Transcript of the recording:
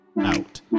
Out